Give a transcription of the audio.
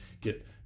get